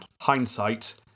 hindsight